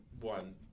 one